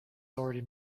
already